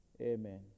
Amen